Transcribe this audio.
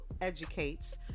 educates